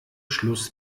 schluss